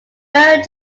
very